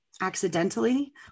accidentally